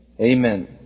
Amen